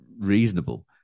reasonable